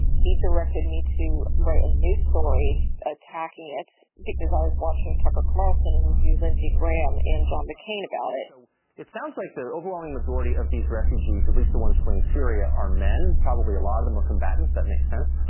he directed me to write a new story, attacking it because i was watching tucker carlson interviewed lindsey graham and john mccain about it and it sounds like the overwhelming majority of these refugees, at least the ones fleeing syria, are men. probably a lot of them were combatants. that makes sense.